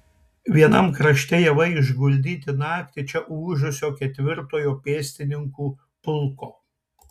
vienam krašte javai išguldyti naktį čia ūžusio ketvirtojo pėstininkų pulko